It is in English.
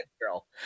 girl